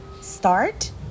Start